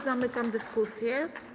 Zamykam dyskusję.